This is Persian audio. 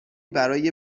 برای